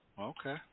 Okay